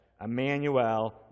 Emmanuel